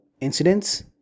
incidents